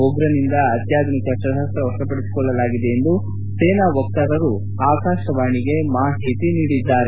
ಉಗ್ರನಿಂದ ಅತ್ಯಾಧುನಿಕ ಶಸ್ತ್ರಾಸ್ತ್ರ ವಶಪಡಿಸಿಕೊಳ್ಳಲಾಗಿದೆ ಎಂದು ಸೇನಾ ವಕ್ತಾರರು ಆಕಾಶವಾಣಿಗೆ ಮಾಹಿತಿ ನೀಡಿದ್ದಾರೆ